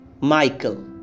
Michael